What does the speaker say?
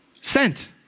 Sent